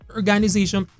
organization